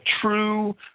true